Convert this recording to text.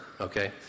okay